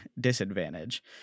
disadvantage